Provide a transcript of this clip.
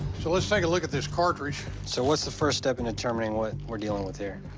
so let's take a look at this cartridge. so what's the first step in determining what we're dealing with here?